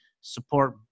support